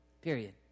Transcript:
Period